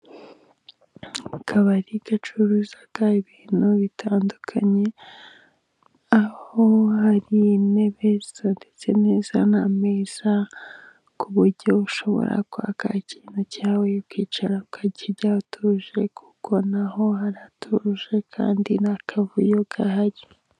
Mu kabari bacururiza ibintu bitandukanye, aho hari intebe zitondetse neza n'ameza, kuburyo ushobora kwaka ikintu cyawe ukicara ukakirya utuje, kuko naho haratuje kandi nta kavuyo gahari.